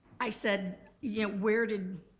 i said, yeah where did,